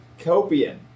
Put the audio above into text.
Copian